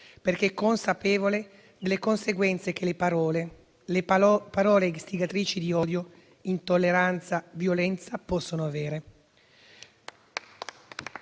perché consapevole delle conseguenze che le parole istigatrici di odio, intolleranza e violenza possono avere.